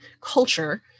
culture